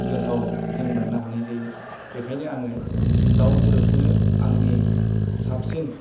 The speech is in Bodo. गोथाव जों मोननो हानाय जायो बेखायनो आङो दाउ बेदरखौनो आंनि साबसिन